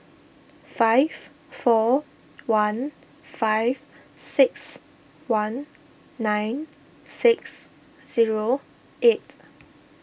five four one five six one nine six zero eight